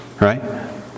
right